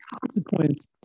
consequence